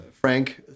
Frank